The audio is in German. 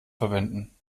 verwenden